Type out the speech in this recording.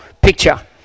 picture